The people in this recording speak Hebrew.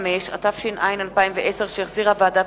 אינטנסיבית והקדיש שעות רבות מזמנה של ועדת